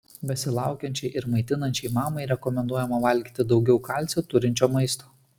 besilaukiančiai ir maitinančiai mamai rekomenduojama valgyti daugiau kalcio turinčio maisto